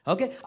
Okay